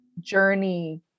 journey